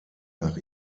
nach